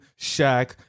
Shaq